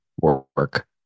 work